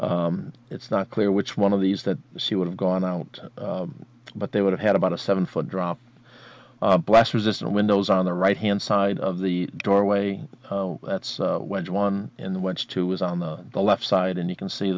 areas it's not clear which one of these that she would have gone out but they would have had about a seven foot drop blast resistant windows on the right hand side of the doorway that's when one in the once two was on the the left side and you can see